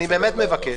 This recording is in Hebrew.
אני באמת מבקש